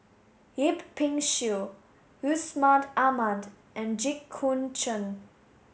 Yip Pin Xiu Yusman Aman and Jit Koon Ch'ng